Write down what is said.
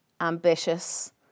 ambitious